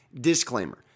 Disclaimer